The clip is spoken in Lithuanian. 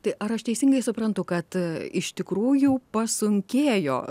tai ar aš teisingai suprantu kad iš tikrųjų pasunkėjo